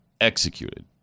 executed